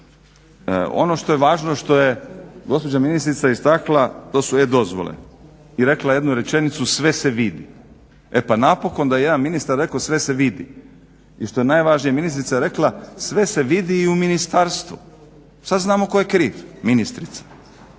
Ono što je važno, što je gospođa ministrica istakla to su e-dozvole, i rekla je jednu rečenicu, sve se vidi. E pa napokon da je jedan ministar rekao sve se vidi i što je najvažnije ministrica je rekla sve se vidi i u Ministarstvu. Sad znamo tko je kriv ministrica.